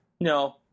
No